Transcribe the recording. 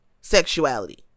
sexuality